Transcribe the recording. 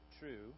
true